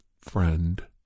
friend